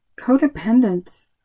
Codependence